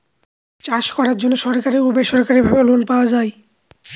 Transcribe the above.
চাষ করার জন্য সরকারি ও বেসরকারি ভাবে লোন পাওয়া যায়